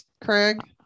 Craig